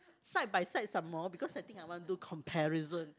side by side some more because I think I want do comparison